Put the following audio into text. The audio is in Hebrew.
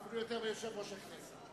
אפילו יותר מיושב-ראש הכנסת.